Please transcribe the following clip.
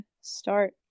start